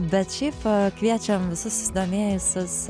bet šiaip kviečiam visus susidomėjusius